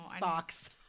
box